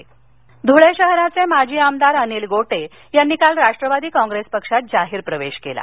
पक्षप्रवेश धळे धुळे शहराचे माजी आमदार अनिल गोटे यांनी काल राष्ट्रवादी काँप्रेस पक्षात जाहिर प्रवेश केला